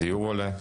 הדיור עולה,